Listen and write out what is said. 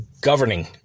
governing